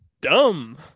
dumb